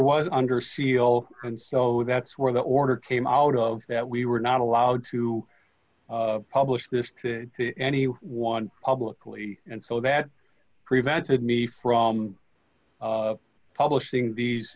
was under seal and so that's where the order came out of that we were not allowed to publish this to any one publicly and so that prevented me from publishing these